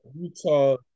Utah